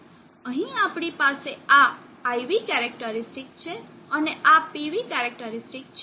અહીં આપણી પાસે આ IV કેરેકટરીસ્ટીક છે અને આ PV કેરેકટરીસ્ટીક છે